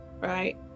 right